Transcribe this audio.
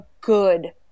good